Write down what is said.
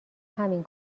همین